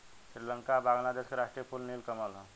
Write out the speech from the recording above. श्रीलंका आ बांग्लादेश के राष्ट्रीय फूल नील कमल ह